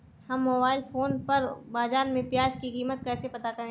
हम mobile phone पर बाज़ार में प्याज़ की कीमत कैसे पता करें?